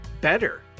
better